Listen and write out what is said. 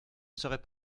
serait